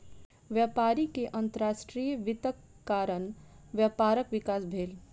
व्यापारी के अंतर्राष्ट्रीय वित्तक कारण व्यापारक विकास भेल